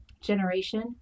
generation